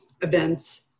events